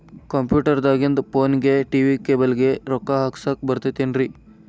Computer ದಾಗಿಂದ್ ಫೋನ್ಗೆ, TV cable ಗೆ, ರೊಕ್ಕಾ ಹಾಕಸಾಕ್ ಬರತೈತೇನ್ರೇ?